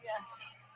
Yes